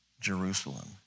Jerusalem